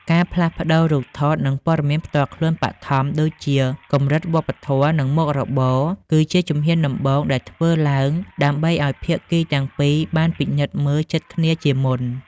ការផ្លាស់ប្តូររូបថត និងព័ត៌មានផ្ទាល់ខ្លួនបឋមដូចជាកម្រិតវប្បធម៌ និងមុខរបរ គឺជាជំហានដំបូងដែលធ្វើឡើងដើម្បីឱ្យភាគីទាំងពីរបានពិនិត្យមើលចិត្តគ្នាជាមុន។